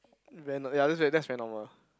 very nor~ ya that's very that's very normal